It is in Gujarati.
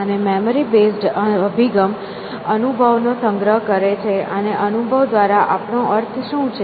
અને મેમરી બેઝડ અભિગમ અનુભવનો સંગ્રહ કરે છે અને અનુભવ દ્વારા આપણો અર્થ શું છે